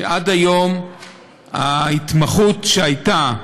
זה שעד היום ההתמחות שהייתה,